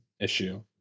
issue